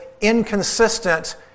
Inconsistent